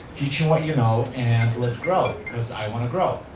teach him what you know and let's grow, yes i wanna grow.